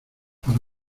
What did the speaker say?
para